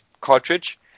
cartridge